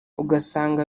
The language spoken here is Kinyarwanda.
ugasanga